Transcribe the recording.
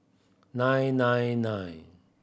nine nine nine